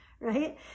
right